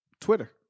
Twitter